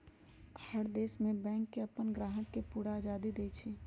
हर देश में बैंक अप्पन ग्राहक के पूरा आजादी देई छई